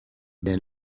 been